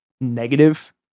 negative